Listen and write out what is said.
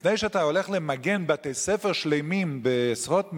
לפני שאתה הולך למגן בתי-ספר שלמים בעשרות מיליונים,